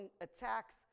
attacks